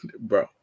bro